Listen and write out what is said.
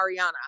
Ariana